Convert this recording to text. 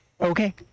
okay